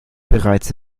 bereits